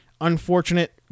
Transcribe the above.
unfortunate